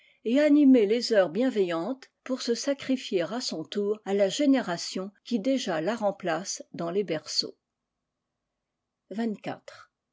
et animer les heures bienveillantes pour se sacrifier à son tour à la génération qui déjà la remplace dans les berceaux